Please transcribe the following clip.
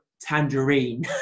Tangerine